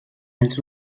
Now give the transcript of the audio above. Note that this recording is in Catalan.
els